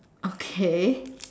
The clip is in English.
okay